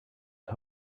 top